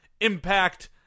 Impact